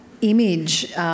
image